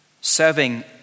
Serving